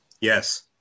Yes